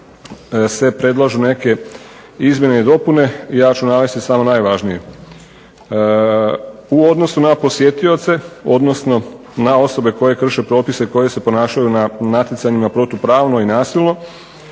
se predlažu neke izmjene i dopune. Ja ću navesti samo najvažnije. U odnosu na posjetioce odnosno na osobe koje krše propise i koji se ponašaju na natjecanjima protupravno i nasilno